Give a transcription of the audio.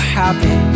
happy